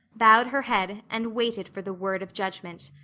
bowed her head, and waited for the word of judgment.